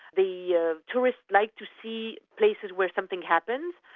the yeah tourists like to see places where something happened,